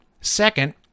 Second